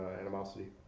animosity